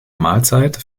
mahlzeit